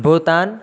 भूतान्